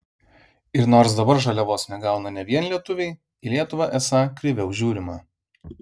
ir nors dabar žaliavos negauna ne vien lietuviai į lietuvą esą kreiviau žiūrima